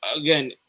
again